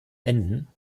enden